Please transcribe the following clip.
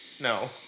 No